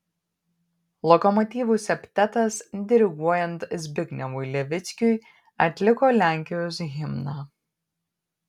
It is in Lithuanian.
lokomotyvų septetas diriguojant zbignevui levickiui atliko lenkijos himną